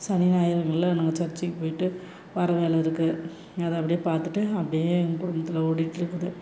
சனி ஞாயிறுகளில் நாங்கள் சர்ச்சுக்கு போய்ட்டு வர வேலை இருக்குது அதை அப்படியே பார்த்துட்டு அப்படியே எங்கள் குடும்பத்தில் ஓடிட்டுருக்குது